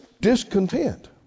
discontent